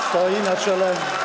Stoi na czele.